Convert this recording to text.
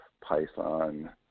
Python